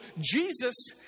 Jesus